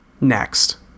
Next